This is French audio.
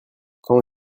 quand